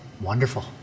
Wonderful